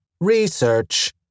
Research